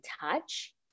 touch